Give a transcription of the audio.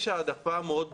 יש העדפה מאוד ברורה.